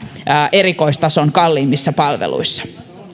erikoistason kalliimmissa palveluissa